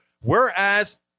whereas